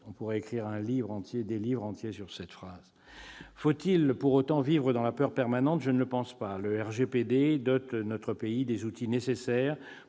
On pourrait écrire des livres entiers à propos de cette phrase ! Faut-il pour autant vivre dans la peur permanente ? Je ne le pense pas. Le RGPD dote notre pays des outils nécessaires